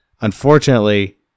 unfortunately